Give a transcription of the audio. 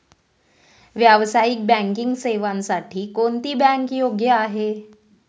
व्यावसायिक बँकिंग सेवांसाठी कोणती बँक योग्य आहे?